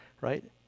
right